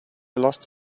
lost